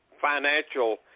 financial